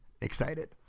excited